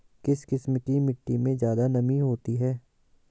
किस किस्म की मिटटी में ज़्यादा नमी होती है?